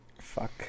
fuck